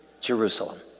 Jerusalem